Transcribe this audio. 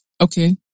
Okay